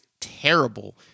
terrible